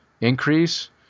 increase